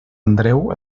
andreu